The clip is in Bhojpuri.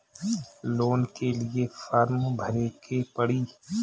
लोन के लिए फर्म भरे के पड़ी?